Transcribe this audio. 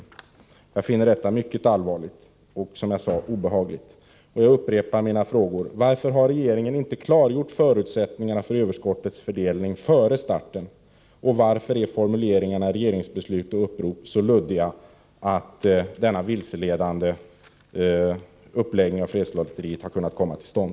Som jag sade finner jag detta mycket allvarligt och obehagligt. Jag upprepar mina frågor: Varför har regeringen inte klargjort förutsättningarna för överskottets fördelning före starten? Varför är formuleringarna i regeringsbeslut och upprop så luddiga att denna vilseledande uppläggning av fredslotteriet har kunnat komma till stånd?